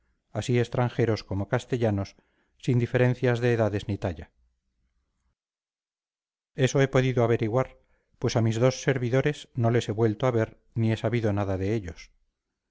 así extranjeros como castellanos sin diferencias de edades ni talla eso he podido averiguar pues a mis dos servidores nos les he vuelto a ver ni he sabido nada de ellos